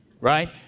right